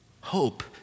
Hope